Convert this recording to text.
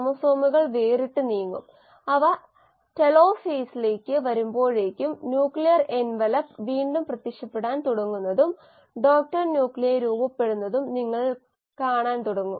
Luedeking Piret model ഇതുപോലെ ആണ് rpαrxβx ഉൽപ്പന്ന രൂപവത്കരണ നിരക്ക് വളർച്ചയെ ആശ്രയിച്ചുള്ള പാരാമീറ്ററിനെ കോശങ്ങളുടെ വളർച്ചയുടെ നിരക്കുകൊണ്ട് ഗുണിച്ചതും വളർച്ചയുടെ സ്വതന്ത്ര പാരാമീറ്ററിനെ കോശങ്ങളുടെ സാന്ദ്രതയേക്കാളും കൊണ്ട് ഗുണിച്ചതും കൂട്ടി യതാകുന്നു